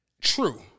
true